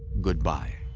goodbye.